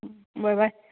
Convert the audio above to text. bye bye